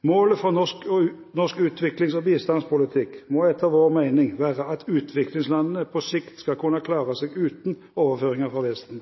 Målet for norsk utviklings- og bistandspolitikk må etter vår mening være at utviklingslandene på sikt skal kunne klare seg uten overføringer fra Vesten.